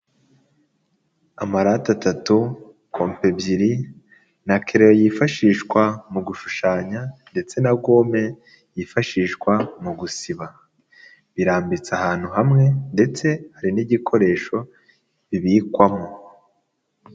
Amarate atatu, compe ebyiri na kereyo yifashishwa mu gushushanya ndetse na gome yifashishwa mu gusiba, birambitse ahantu hamwe ndetse hari n'igikoresho bibikwamo.